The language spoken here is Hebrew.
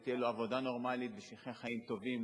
ותהיה לו עבודה נורמלית ושיחיה חיים טובים,